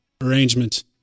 arrangement